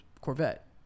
Corvette